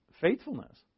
faithfulness